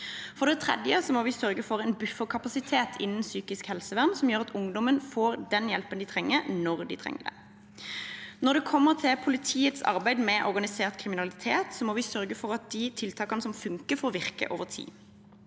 For det tredje må vi sørge for en bufferkapasitet innen psykisk helsevern som gjør at ungdommene får den hjelpen de trenger, når de trenger det. Når det gjelder politiets arbeid med organisert kriminalitet, må vi sørge for at de tiltakene som funker, får virke over tid.